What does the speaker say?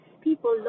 people